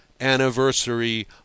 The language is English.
anniversary